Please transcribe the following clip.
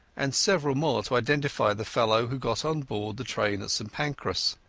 and several more to identify the fellow who got on board the train at st pancras.